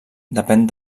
depèn